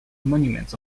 monuments